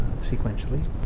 sequentially